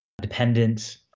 dependence